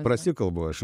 prasikalbu aš